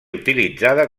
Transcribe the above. utilitzada